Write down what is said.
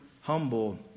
humble